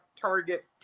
target